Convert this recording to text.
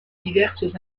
diverses